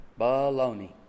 Baloney